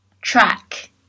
Track